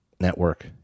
network